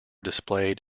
displayed